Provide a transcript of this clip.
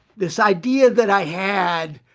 this idea that i had,